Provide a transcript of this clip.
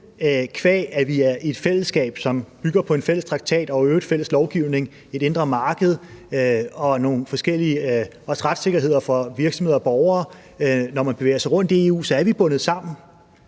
qua at vi er i et fællesskab, som bygger på en fælles traktat og i øvrigt fælles lovgivning, et indre marked og også nogle forskellige retssikkerheder for virksomheder og borgere – det ser man, når man bevæger sig rundt i EU – er bundet sammen.